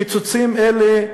קיצוצים אלה,